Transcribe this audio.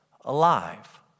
alive